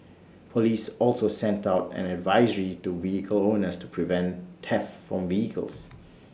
Police also sent out an advisory to vehicle owners to prevent theft from vehicles